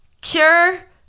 cure